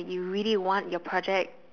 you really want your project